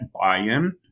buy-in